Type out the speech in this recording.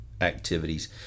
activities